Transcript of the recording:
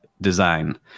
design